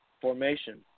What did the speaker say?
formation